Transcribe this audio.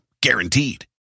Guaranteed